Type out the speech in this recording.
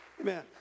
Amen